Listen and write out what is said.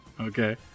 Okay